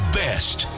best